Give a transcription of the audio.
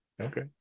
Okay